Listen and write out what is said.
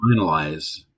finalize